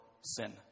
sin